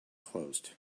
closed